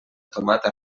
tomata